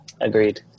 Agreed